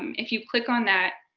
if you click on that,